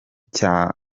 cyazanye